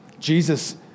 Jesus